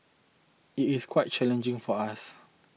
it is quite challenging for us